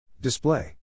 Display